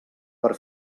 per